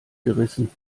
gerissen